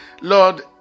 Lord